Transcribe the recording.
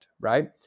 right